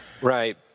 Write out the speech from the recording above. Right